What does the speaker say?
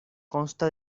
consta